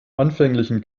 anfänglichen